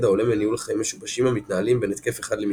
העולה מניהול חיים משובשים המתנהלים בין התקף אחד למשנהו,